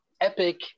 Epic